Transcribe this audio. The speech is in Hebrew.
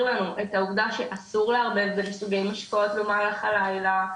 לנו את העובדה שאסור לערבב בין סוגי משקאות במהלך הלילה,